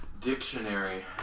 Dictionary